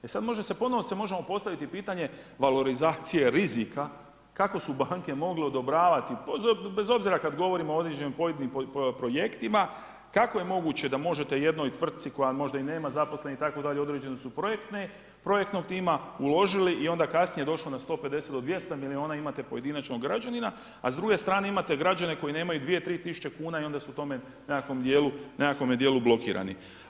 E sad može ponovno se može postaviti pitanje valorizacije rizika kako su banke mogle odobravati bez obzira kad govorimo o određenim pojedinim projektima, kako je moguće da možete jednoj tvrtci koja možda i nema zaposlenih itd. određene su projektnog tima, uložili i onda kasnije došli na 150 do 200 milijuna imate pojedinačno građanina, a s druge strane imate građane koji nemaju 2, 3000 kuna i onda su u tome nekakvom djelu blokirani.